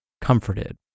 comforted